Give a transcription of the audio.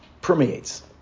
permeates